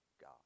God